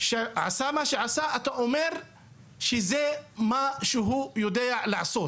שעשה מה שעשה, אתה אומר שזה מה שהוא יודע לעשות.